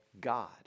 God